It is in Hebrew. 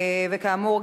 וכאמור,